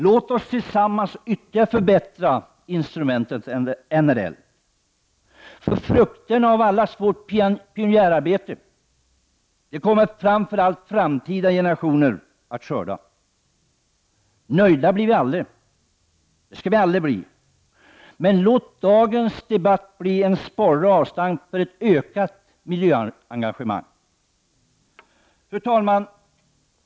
Låt oss tillsammans ytterligare förbättra instrumentet NRL. Frukterna av allas vårt pionjärarbete får framför allt framtida generationer skörda. Nöjda blir vi aldrig. Det skall vi inte heller bli. Låt dagens debatt bli en sporre och ett avstamp för ökat miljöengagemang. Fru talman!